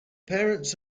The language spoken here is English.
parents